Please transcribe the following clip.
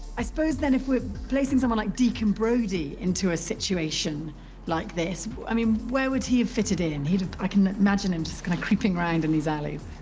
i suppose, then, if we're placing someone like deacon brodie into a situation like this i mean, where would he have fitted in? and i can imagine him just kind of creeping round in these allies.